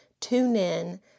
TuneIn